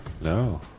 No